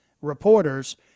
reporters